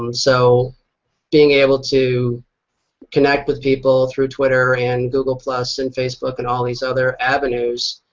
um so being able to connect with people through twitter and google plus and facebook and all these other avenues